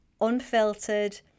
unfiltered